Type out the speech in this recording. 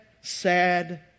sad